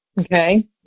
Okay